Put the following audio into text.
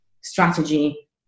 strategy